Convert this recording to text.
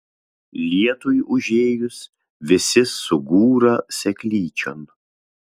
lietui užėjus visi sugūra seklyčion